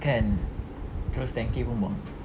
kan terus ten K pun buang